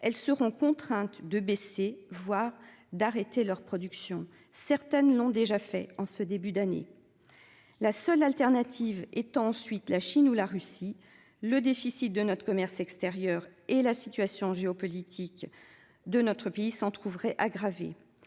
elles seront contraintes de baisser voire d'arrêter leur production. Certaines l'ont déjà fait en ce début d'année. La seule alternative est ensuite la Chine ou la Russie. Le déficit de notre commerce extérieur et la situation géopolitique de notre pays s'en trouverait aggravée.